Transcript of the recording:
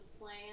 plan